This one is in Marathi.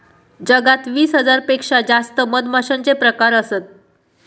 जगात वीस हजार पेक्षा जास्त मधमाश्यांचे प्रकार असत